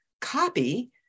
copy